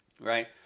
right